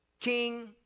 king